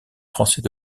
français